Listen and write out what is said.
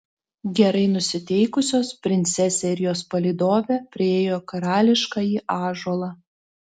gerai nusiteikusios princesė ir jos palydovė priėjo karališkąjį ąžuolą